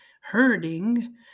herding